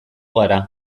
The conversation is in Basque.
gara